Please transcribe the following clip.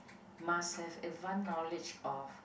must have advance knowledge of